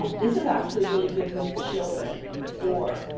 um this is actually really good with children. for,